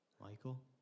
Michael